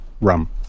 rum